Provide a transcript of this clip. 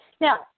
Now